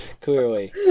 clearly